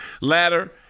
ladder